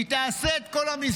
היא תעשה את כל המסגרת,